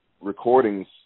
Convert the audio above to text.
recordings